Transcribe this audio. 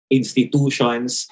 institutions